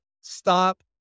stop